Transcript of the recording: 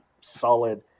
solid